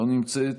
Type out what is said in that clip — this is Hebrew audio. לא נמצאת.